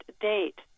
date